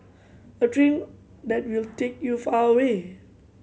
a train that will take you far away